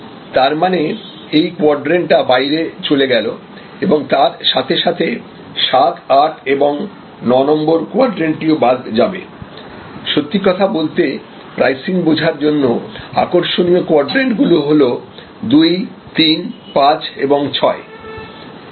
তার মানে এই কোয়াড্রেন্ট টা বাইরে চলে গেল এবং তার সাথে সাথে 78 and 9 গুলো বাদ যাবে সত্যি কথা বলতে প্রাইসিং বোঝার জন্য আকর্ষণীয় কোয়াড্রেন্ট গুলো হল 235 and 6